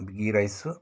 ghee rice